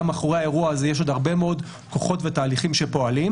אלא מאחורי האירוע יש עוד תהליכים שפועלים.